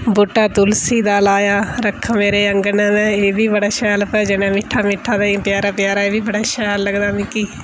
बूहटा तुलसी दा लाया रक्ख मेरे अंगने च एह् बी बडा शैल भजन ऐ मिट्ठा मिट्ठा भजन प्यारा प्यारा एह्बी बड़ा शैल लगदा मिकी